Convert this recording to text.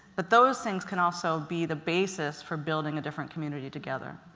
but those things can also be the basis for building a different community together.